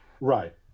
Right